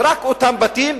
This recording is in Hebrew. ורק אותם בתים,